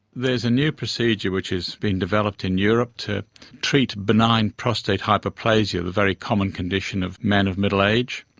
there's a new procedure which has been developed in europe to treat benign prostate hyperplasia, the very common condition of men of middle age.